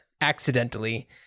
accidentally